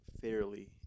fairly